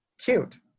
cute